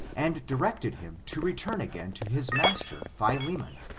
and directed him to return again to his master, philemon.